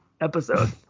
episode